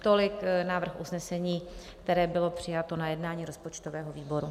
Tolik návrh usnesení, které bylo přijato na jednání rozpočtového výboru.